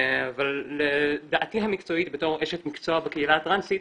אבל לדעתי המקצועית בתור אשת מקצוע בקהילה הטרנסית,